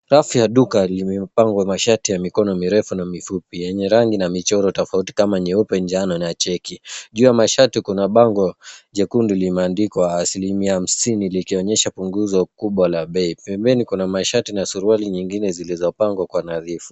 Rafu ya duka limepangwa mashati ya mikono mirefu na mifupi, yenye rangi na michoro tofauti kama nyeupe, njano na cheki. Juu ya mashati, kuna bango jekundu limeandikwa asilimia hamsini, likionyesha punguzo kubwa la bei. Pembeni kuna mashati na suruali nyingine zilizopangwa kwa nadhifu.